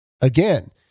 again